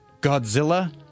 Godzilla